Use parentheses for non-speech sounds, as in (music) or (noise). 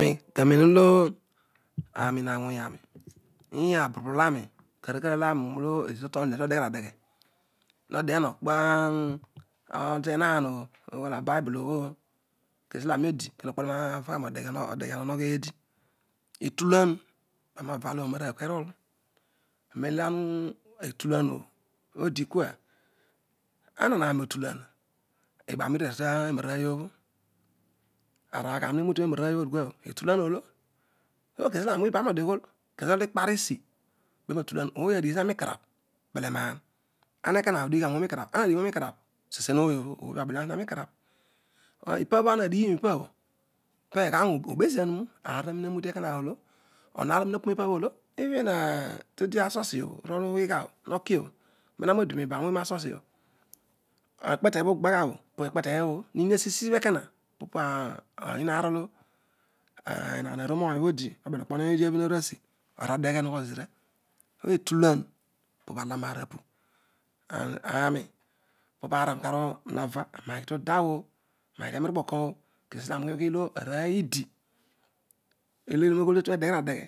Kpe aneroo lo aani haisohg ani iyahauruu boloh ani (hesitation) kezo utuan hodeghe radeghe, hodeghe okpa tenaan obo ughi abebho obho oh, kesi kesiolo ani ode kinokpolo aani navagha nodeghian ohogho eedi etulan bhani hava nasho oonarooy obho kerool, nan lo etula obho odikua, ana hani otulah ibagha ni iruedio eni terhon aorooy obho bho araar gham hebute tenarorooy obho dikua bho etusom oblo (unintelligible) kana oheghe ogho kezo kezo ikpa esi pana otulon ooy adighi zina nikan abh beienan ema ekoma odighagha ooy nikarabh ema ekona adigh pooy nikanab sesen ooy obho ooy obho abelenaa zi- a nika abh ipabho ana ha dighi nipabho pe gha po ubeziah upau aar olo taraina dighi obe eko- a oolo onou aar aniunapu nipabbho ekona oolo even aah todia church obho urolughe gha bho, nokio bho neuaha odibi ban ughi na sosiobho ekpete bho ughagha bho po ekpete obho bho aini asi sibha ekona opo po onyi aar olo ehaan arosio obel okpo ony obho todi abhi a ruasii adeghe anogho zezira petulan pobho alan aar olo ani kaar hava anaghi tudau oh aen aghi terairi kpo ko oh kesi kesi olo ani ughi olo arooy eedi ulo ughol totuo deghe radeghe